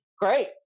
Great